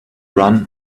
run